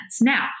now